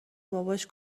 باباش